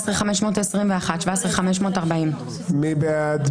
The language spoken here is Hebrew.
17,161 עד 17,180. מי בעד?